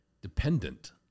dependent